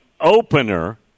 opener